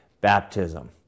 baptism